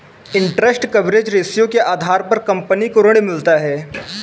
interest coverage ratio के आधार पर कंपनी को ऋण मिलता है